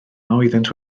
oeddent